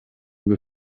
wir